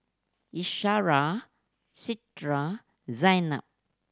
Qaisara Citra Zaynab